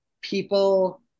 people